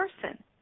person